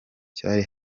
cyari